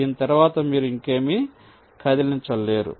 దీని తరువాత మీరు ఇంకేమీ కదిలించలేరు